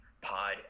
pod